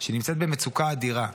שנמצאת במצוקה אדירה,